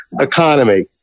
economy